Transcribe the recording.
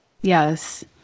Yes